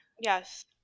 Yes